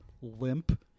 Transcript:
limp